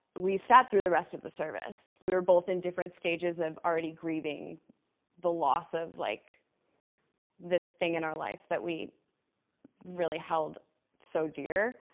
we sat through the rest of the service. we were both in different stages of already grieving the loss of like this thing in our life that we really held so dear.